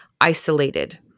isolated